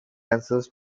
answers